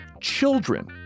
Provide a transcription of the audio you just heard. children